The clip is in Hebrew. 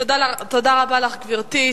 תודה רבה לך, גברתי.